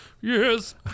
yes